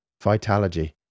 Vitalogy